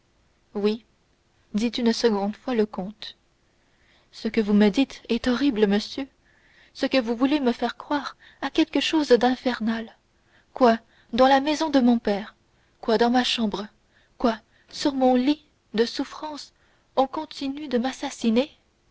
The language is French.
fille oui dit une seconde fois le comte ce que vous me dites est horrible monsieur ce que vous voulez me faire croire a quelque chose d'infernal quoi dans la maison de mon père quoi dans ma chambre quoi sur mon lit de souffrance on continue de m'assassiner